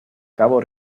cabo